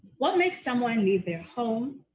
what makes someone leave their home,